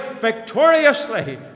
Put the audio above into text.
victoriously